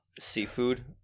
seafood